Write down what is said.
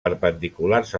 perpendiculars